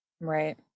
Right